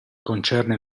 concerne